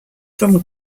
from